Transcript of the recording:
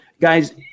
Guys